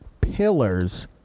pillars